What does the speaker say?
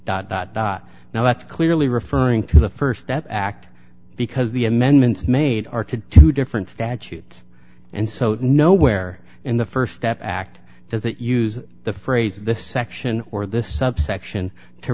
dot dot dot now that's clearly referring to the st step act because the amendment made are to two different statutes and so nowhere in the st step act does it use the phrase this section or this sub